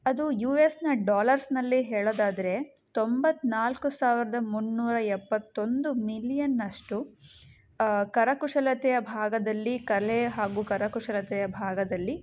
ಅದು ಯು ಎಸ್ನ ಡಾಲರ್ಸಿನಲ್ಲಿ ಹೇಳೋದಾದರೆ ತೊಂಬತ್ತನಾಲ್ಕು ಸಾವಿರದ ಮೂನ್ನೂರ ಎಪ್ಪತ್ತೊಂದು ಮಿಲಿಯನ್ನಿನಷ್ಟು ಕರಕುಶಲತೆಯ ಭಾಗದಲ್ಲಿ ಕಲೆ ಹಾಗು ಕರಕುಶಲತೆಯ ಭಾಗದಲ್ಲಿ